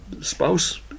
spouse